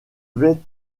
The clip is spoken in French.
vais